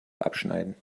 abschneiden